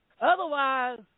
Otherwise